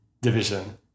division